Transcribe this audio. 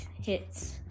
hits